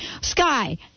Sky